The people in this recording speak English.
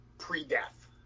pre-death